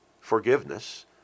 forgiveness